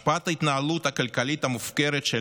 השפעת ההתנהלות הכלכלית המופקרת של